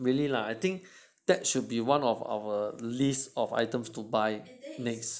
really lah I think that should be one of our list of items to buy next